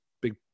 big